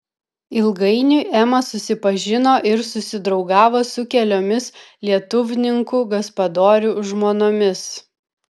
ilgainiui ema susipažino ir susidraugavo su keliomis lietuvninkų gaspadorių žmonomis